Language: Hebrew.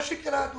מה שקרה הוא